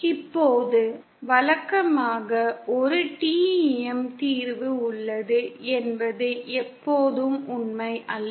இப்போது வழக்கமாக ஒரு TEM தீர்வு உள்ளது என்பது எப்போதும் உண்மை அல்ல